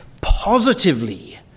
positively